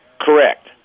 Correct